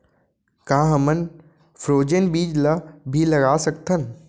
का हमन फ्रोजेन बीज ला भी लगा सकथन?